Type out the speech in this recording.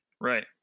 right